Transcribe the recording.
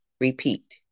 repeat